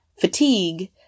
fatigue